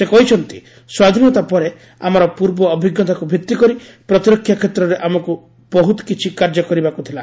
ସେ କହିଛନ୍ତି ସ୍ୱାଧୀନତା ପରେ ଆମର ପୂର୍ବ ଅଭିଜ୍ଞତାକୁ ଭିଭିକରି ପ୍ରତିରକ୍ଷା କ୍ଷେତ୍ରରେ ଆମକୁ ବହୁତକିଛି କାର୍ଯ୍ୟ କରିବାକୁ ଥିଲା